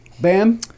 Bam